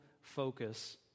focus